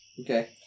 Okay